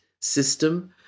system